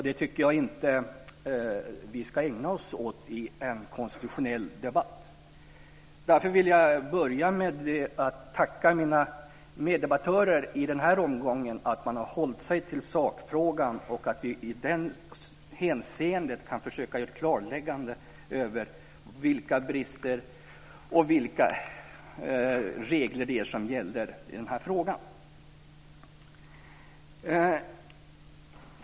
Detta tycker jag inte att vi ska ägna oss åt i en konstitutionell debatt. Därför vill jag tacka mina meddebattörer i den här omgången för att de hållit sig till sakfrågan. Jag hoppas att vi i detta hänseende kan försöka klarlägga vilka brister det finns och vilka regler som gäller i den här frågan.